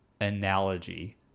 analogy